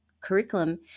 curriculum